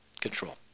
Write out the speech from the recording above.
control